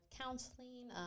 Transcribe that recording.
counseling